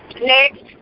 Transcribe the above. Next